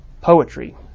poetry